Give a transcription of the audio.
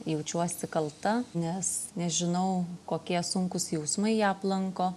jaučiuosi kalta nes nežinau kokie sunkūs jausmai ją aplanko